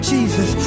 Jesus